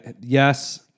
Yes